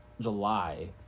July